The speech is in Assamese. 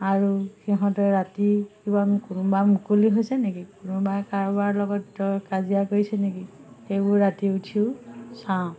আৰু সিহঁতে ৰাতি কিবা কোনোবা মুকলি হৈছে নেকি কোনোবা কাৰোবাৰ লগত ধৰক কাজিয়া কৰিছে নেকি সেইবোৰ ৰাতি উঠিও চাওঁ